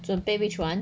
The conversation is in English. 准备 which one